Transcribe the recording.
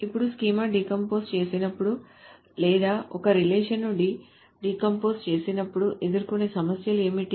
ఒక schema decompose చేసినప్పుడు లేదా ఒక రిలేషన్ను డీకంపోజ్ చేసినప్పుడు ఎదుర్కొనే సమస్యలు ఏమిటి